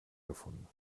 gefunden